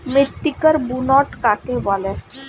মৃত্তিকার বুনট কাকে বলে?